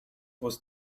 was